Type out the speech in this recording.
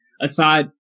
aside